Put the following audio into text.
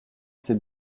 ces